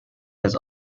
has